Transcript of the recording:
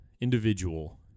individual